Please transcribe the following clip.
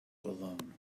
alone